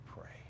pray